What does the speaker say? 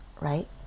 right